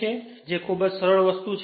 આ ખૂબ જ સરળ વસ્તુ છે